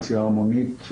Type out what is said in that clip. יציאה המונית,